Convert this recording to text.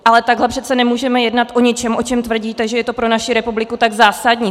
Ale takhle přece nemůžeme jednat o něčem, o čem tvrdíte, že je to pro naši republiku tak zásadní.